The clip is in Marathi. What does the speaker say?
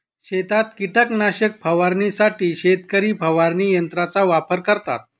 शेतात कीटकनाशक फवारण्यासाठी शेतकरी फवारणी यंत्राचा वापर करतात